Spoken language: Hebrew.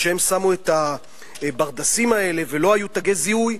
כשהם שמו את הברדסים האלה ולא היו תגי זיהוי,